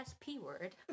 P-word